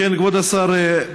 כבוד השר,